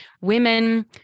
women